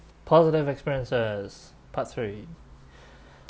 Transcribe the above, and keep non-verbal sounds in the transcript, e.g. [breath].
positive experiences part three [breath]